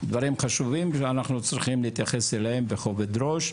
דברים חשובים שאנחנו צריכים להתייחס אליהם בכובד ראש.